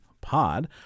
Pod